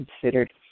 considered